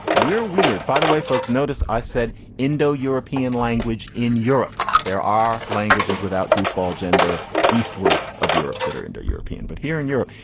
we're weird, by the way, folks. notice i said indo european language. in europe, there are languages without goofball gender eastward of europe that are indo-european. but here in europe,